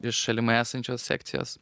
ir šalimai esančios sekcijos